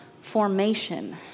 formation